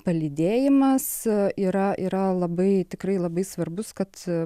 palydėjimas yra yra labai tikrai labai svarbus kad